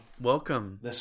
Welcome